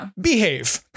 Behave